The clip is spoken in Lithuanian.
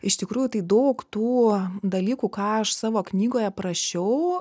iš tikrųjų tai daug tų dalykų ką aš savo knygoj aprašiau